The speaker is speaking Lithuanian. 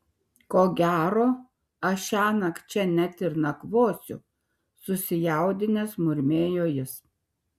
ko gero aš šiąnakt čia net ir nakvosiu susijaudinęs murmėjo jis